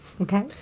Okay